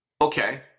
Okay